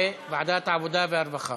התשע"ו 2016, לוועדת העבודה, הרווחה